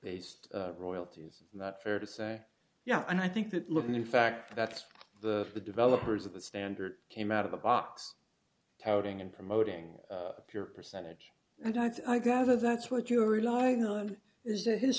based royalty is that fair to say yeah and i think that looking in fact that's the the developers of the standard came out of the box touting and promoting a pure percentage and i gather that's what you're relying on is th